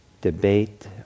debate